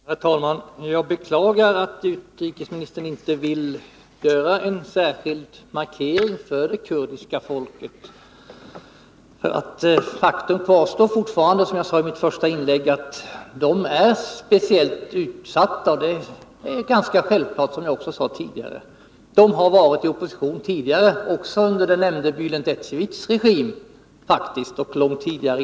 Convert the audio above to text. Herr talman! Jag beklagar att utrikesministern inte vill göra en särskild markering för det kurdiska folket. Som jag sade i mitt första inlägg så kvarstår det faktum att kurderna är speciellt utsatta. Det är ganska självklart. De har varit i opposition tidigare — också under den nämnde Bulent Ecevits regim, och långt tidigare.